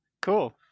cool